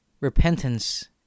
repentance